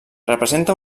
representa